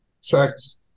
sex